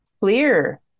clear